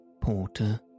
porter